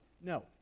no